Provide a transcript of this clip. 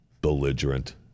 belligerent